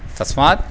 तस्मात्